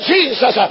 Jesus